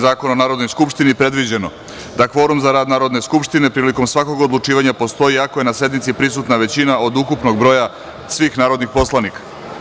Zakona o Narodnoj skupštini predviđeno da kvorum za rad Narodne skupštine prilikom svakog odlučivanja postoji ako je na sednici prisutna većina od ukupnog broja svih narodnih poslanika.